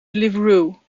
deliveroo